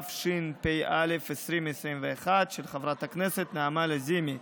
התשפ"א 2021, של חברת הכנסת נעמה לזימי.